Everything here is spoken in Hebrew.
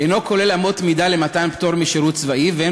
אינו כולל אמות מידה למתן פטור משירות צבאי ואין